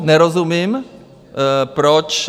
Nerozumím, proč...